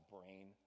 brain